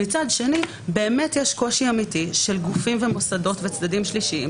ומצד שני באמת יש קושי אמיתי של גופים ומוסדות וצדדים שלישיים